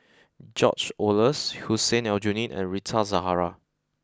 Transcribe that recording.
George Oehlers Hussein Aljunied and Rita Zahara